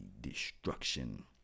destruction